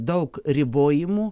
daug ribojimų